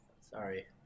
Sorry